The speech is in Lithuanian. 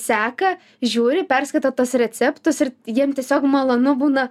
seka žiūri perskaito tuos receptus ir jiem tiesiog malonu būna